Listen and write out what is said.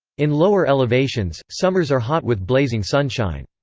in lower elevations, summers are hot with blazing sunshine.